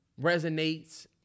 resonates